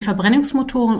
verbrennungsmotoren